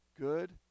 good